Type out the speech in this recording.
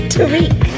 Tariq